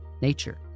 nature